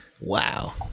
wow